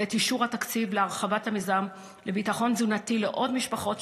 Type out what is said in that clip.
ולאישור התקציב להרחבת המיזם לביטחון תזונתי לעוד משפחות,